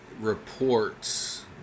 reports